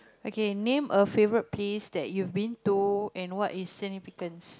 okay name a favourite piece that you've been to and what is significance